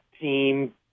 team